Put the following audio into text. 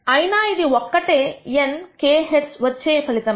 అయినా ఇది ఒక్కటే nk హెడ్స్ వచ్చే ఫలితం